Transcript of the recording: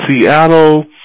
Seattle